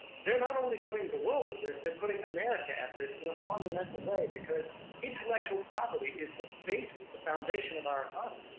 they're not only putting the world at risk, they're putting america at risk in a fundamental way, because intellectual property is the basis, the foundation of our and